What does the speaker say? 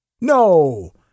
No